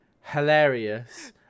hilarious